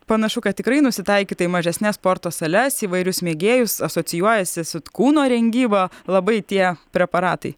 panašu kad tikrai nusitaikyta į mažesnes sporto sales įvairius mėgėjus asocijuojasi su kūno rengyba labai tie preparatai